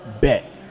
Bet